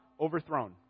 overthrown